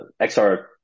XR